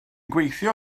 gweithio